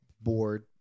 board